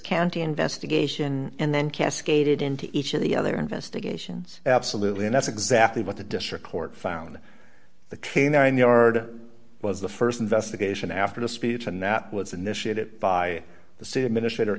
county investigation and then cascaded into each of the other investigations absolutely and that's exactly what the district court found the canine the arder was the st investigation after the speech and that was initiated by the city administrator